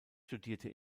studierte